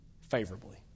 favorably